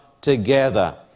together